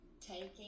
taking